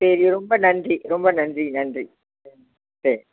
சரி ரொம்ப நன்றி ரொம்ப நன்றி நன்றி ஆ சரி